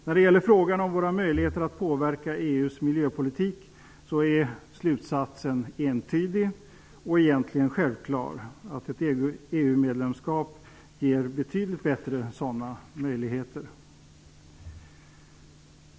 När det gäller frågan om våra möjligheter att påverka EU:s miljöpolitik är slutsatsen entydig och egentligen självklar. Ett EU-medlemskap ger betydligt bättre sådana möjligheter.